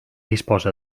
disposa